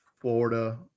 Florida